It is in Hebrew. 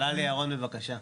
שאלה לירון, בבקשה.